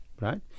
right